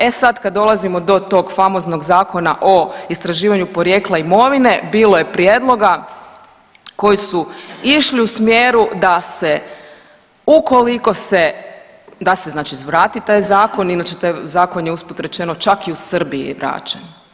E sad kad dolazimo do tog famoznog Zakona o istraživanju porijekla imovine bilo je prijedloga koji su išli u smjeru da se ukoliko se, da se znači vrati taj zakon, inače taj zakon je usput rečeno čak i u Srbiji vraćen.